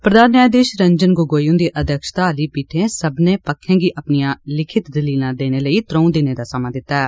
प्रघान न्यायधीश रंजन गोगोई हुन्दी अध्यक्षता आली पीठै सब्मनें पक्खे गी अपनियां लिखित दलीलां देने लेई त्र'ऊ दिनें दा समां दित्ता ऐ